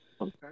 Okay